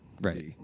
right